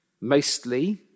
Mostly